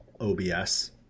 OBS